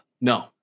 no